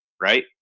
right